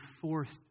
forced